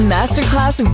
Masterclass